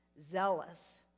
zealous